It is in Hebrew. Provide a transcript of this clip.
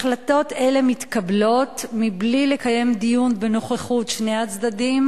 החלטות אלה מתקבלות מבלי לקיים דיון בנוכחות שני הצדדים,